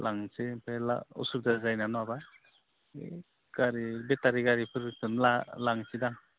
लांनोसै ओमफ्राय असुबिदा जायोना नङाब्ला बे गारि बेटारि गारिफोरखोनो लां लांनोसैदां